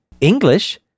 English